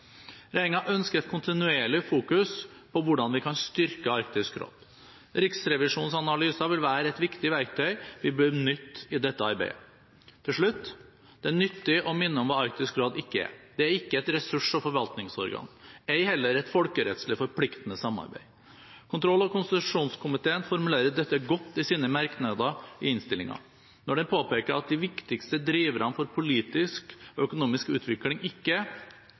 ønsker et kontinuerlig fokus på hvordan vi kan styrke Arktisk råd. Riksrevisjonens analyse vil være et viktig verktøy vi bør nytte i dette arbeidet. Ti slutt: Det er nyttig å minne om hva Arktisk råd ikke er. Det er ikke et ressurs- og forvaltningsorgan, ei heller et folkerettslig forpliktende samarbeid. Kontroll- og konstitusjonskomiteen formulerer dette godt i sine merknader i innstillingen når den påpeker at de viktigste driverne for politisk og økonomisk utvikling ikke, eller bare indirekte, er